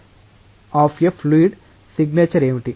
కాబట్టి compressibility of a fluid signature ఏమిటి